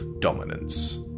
dominance